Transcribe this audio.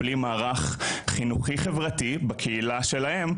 בלי מערך חינוכי חברתי בקהילה שלהם,